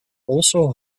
also